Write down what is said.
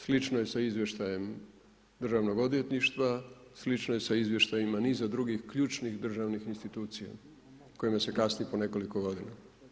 Slično je i sa izvještajem državnog odvjetništva, slično je sa izvještajima niza drugih ključnih državnih institucijama, kojima se kasni po nekoliko godina.